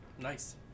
Nice